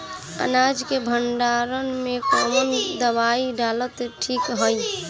अनाज के भंडारन मैं कवन दवाई डालल ठीक रही?